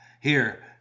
Here